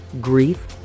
grief